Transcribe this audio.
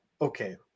okay